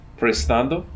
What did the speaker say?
prestando